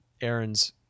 Aaron's